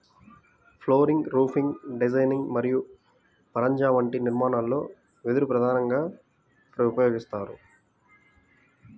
flooring, roofing designing మరియు పరంజా వంటి నిర్మాణాలలో వెదురు ప్రధానంగా ఉపయోగిస్తారు